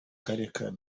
karake